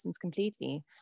completely